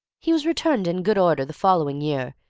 he was returned in good order the following year.